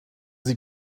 sie